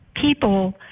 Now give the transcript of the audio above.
People